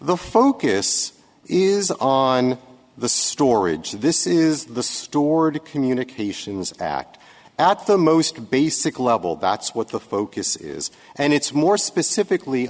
the focus is on the storage this is the storage of communications act at the most basic level that's what the focus is and it's more specifically